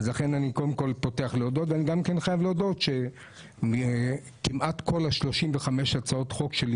אני גם חייב לומר שכמעט כל ה-35 הצעות חוק שלי